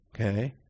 Okay